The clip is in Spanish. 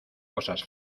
cosas